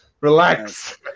Relax